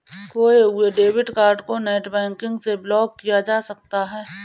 खोये हुए debit card को नेटबैंकिंग से ब्लॉक किया जा सकता है